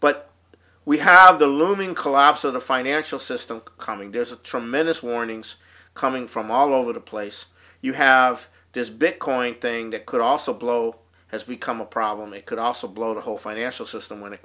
but we have the looming collapse of the financial system coming to us of tremendous warnings coming from all over the place you have this because one thing that could also blow has become a problem it could also blow the whole financial system when it